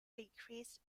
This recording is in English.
decreased